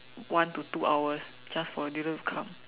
one to two hours just for a dealer to come